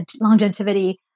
longevity